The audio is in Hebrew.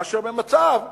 מאשר במצב שהשמן,